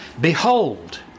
Behold